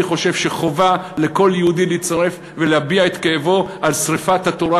אני חושב שחובה על כל יהודי להצטרף ולהביע את כאבו על שרפת התורה,